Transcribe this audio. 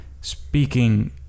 speaking